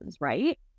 right